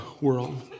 world